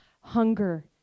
hunger